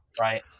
Right